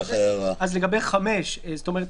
בעצם ההוראה המשמעותית פה, שאומרת